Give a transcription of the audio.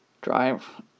drive